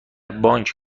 بانک